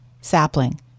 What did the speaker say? Sapling